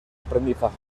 aprendizaje